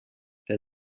der